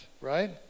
right